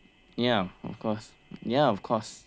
ya of course ya of course